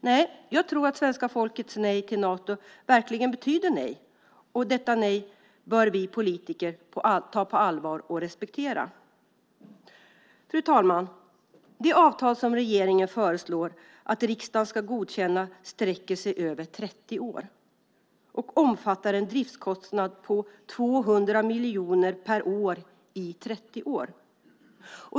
Nej, jag tror att svenska folkets nej till Nato verkligen betyder nej, och detta nej bör vi politiker ta på allvar och respektera. Fru talman! Det avtal som regeringen föreslår att riksdagen ska godkänna sträcker sig över 30 år och omfattar en driftskostnad på 200 miljoner per år i 30 år.